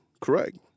correct